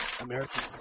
American